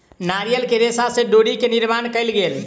नारियल के रेशा से डोरी के निर्माण कयल गेल